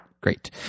Great